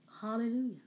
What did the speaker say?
Hallelujah